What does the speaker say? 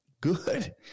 good